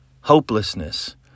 Hopelessness